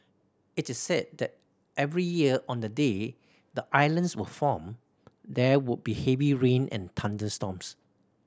it is said that every year on the day the islands were formed there would be heavy rain and thunderstorms